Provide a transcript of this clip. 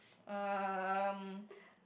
um